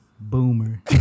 Boomer